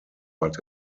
but